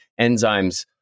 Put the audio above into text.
enzymes